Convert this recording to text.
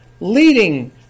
leading